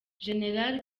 general